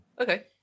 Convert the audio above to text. Okay